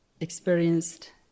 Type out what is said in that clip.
experienced